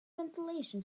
ventilation